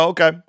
Okay